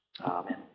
Amen